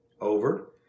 over